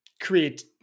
create